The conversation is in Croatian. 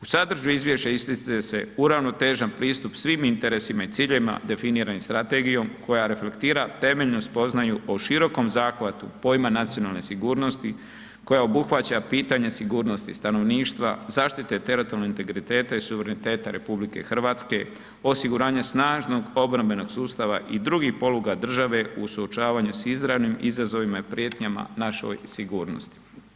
U sadržaju izvješća ističe se uravnotežen pristup svim interesima i ciljevima definiranim strategijom koja reflektira temeljnu spoznaju o širokom zahvatu pojma nacionalne sigurnosti koja obuhvaća pitanje sigurnosti stanovništva, zaštite teritorijalnog integriteta i suvereniteta RH, osiguranje snažnog obrambenog sustava i drugih poluga države u suočavanju s izravnim izazovima i prijetnjama našoj sigurnosti.